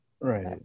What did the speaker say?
Right